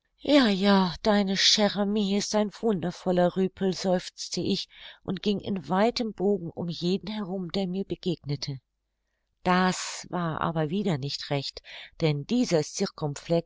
ja ja deine chre amie ist ein wundervoller rüpel seufzte ich und ging in weitem bogen um jeden herum der mir begegnete das war aber wieder nicht recht denn dieser